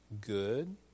good